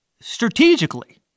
Strategically